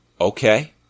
okay